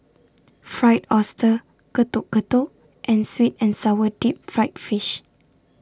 Fried Oyster Getuk Getuk and Sweet and Sour Deep Fried Fish